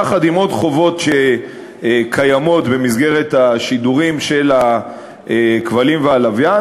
יחד עם עוד חובות שקיימות במסגרת השידורים של הכבלים והלוויין.